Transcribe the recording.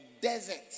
desert